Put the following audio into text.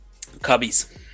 cubbies